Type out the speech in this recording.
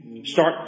Start